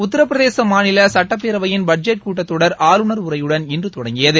உத்தரப்பிரதேச மாநில சட்டப் பேரவையின் பட்ஜெட் கூட்டத்தொடர் ஆளுநர் உரையுடன் இன்று தொடங்கியது